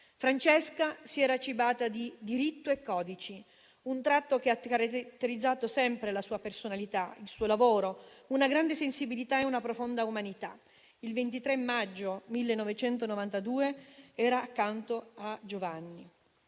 Francesca si era cibata di diritto e codici, un tratto che ha caratterizzato sempre la sua personalità, il suo lavoro: una grande sensibilità e una profonda umanità. Il 23 maggio 1992 era accanto a Giovanni.